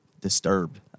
disturbed